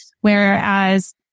Whereas